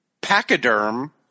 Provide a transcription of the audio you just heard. Pachyderm